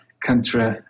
country